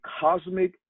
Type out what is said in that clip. cosmic